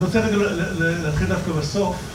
נותן גם להתחיל דווקא בסוף